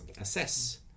assess